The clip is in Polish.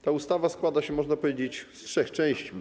Ta ustawa składa się, można powiedzieć, z trzech części.